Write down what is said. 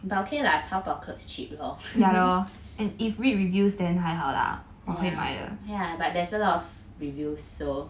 but okay lah 淘宝 clothes cheap lor yeah but there's a lot of reviews so